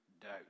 doubt